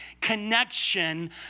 connection